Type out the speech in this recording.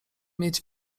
mieć